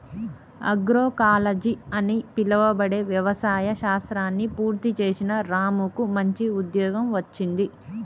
agroecology అని పిలువబడే వ్యవసాయ శాస్త్రాన్ని పూర్తి చేసిన రాముకు మంచి ఉద్యోగం వచ్చింది